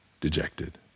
dejected